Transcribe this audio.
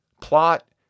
Plot